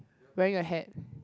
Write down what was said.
wearing a hat